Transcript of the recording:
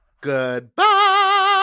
Goodbye